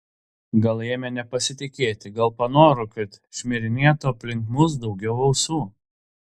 gal ėmė nepasitikėti gal panoro kad šmirinėtų aplink mus daugiau ausų